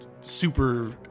super